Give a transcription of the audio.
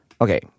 Okay